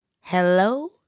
Hello